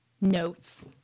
Notes